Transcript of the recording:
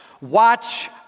Watch